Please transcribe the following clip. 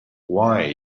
why